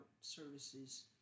services